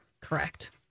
Correct